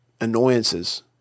annoyances